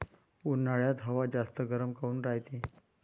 उन्हाळ्यात हवा जास्त गरम काऊन रायते?